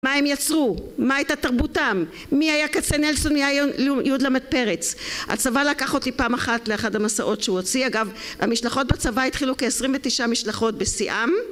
מה הם יצרו, מה הייתה תרבותם, מי היה כצנלסון, מי היה י"ל פרץ הצבא לקח אותי פעם אחת לאחד המסעות שהוא הוציא אגב המשלחות בצבא התחילו כעשרים ותשעה משלחות בסיאם